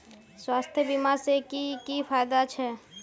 स्वास्थ्य बीमा से की की फायदा छे?